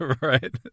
Right